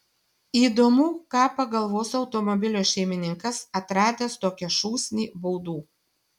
įdomu ką pagalvos automobilio šeimininkas atradęs tokią šūsnį baudų